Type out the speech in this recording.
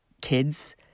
kids